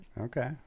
Okay